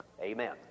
Amen